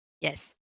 Yes